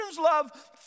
love